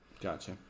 Gotcha